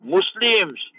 Muslims